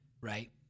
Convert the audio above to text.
right